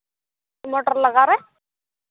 motor ᱞᱟᱜᱟᱣ ᱨᱮ